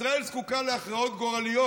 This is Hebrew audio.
ישראל זקוקה להכרעות גורליות.